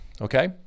Okay